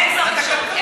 אין שר תקשורת,